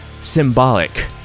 symbolic